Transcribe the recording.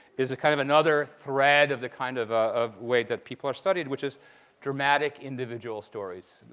is a kind of another thread of the kind of ah of way that people are studied, which is dramatic individual stories,